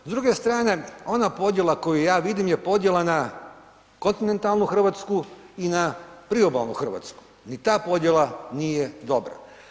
S druge strane ona podjela koju ja vidim je podjela na kontinentalnu Hrvatsku i na priobalnu Hrvatsku, ni ta podjela nije dobra.